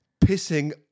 pissing